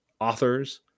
authors